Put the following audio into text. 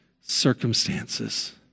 circumstances